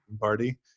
Party